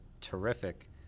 terrific